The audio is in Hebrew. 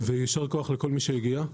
ויישר כוח לכל מי שהגיע.